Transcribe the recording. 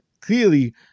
clearly